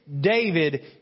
David